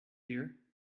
dear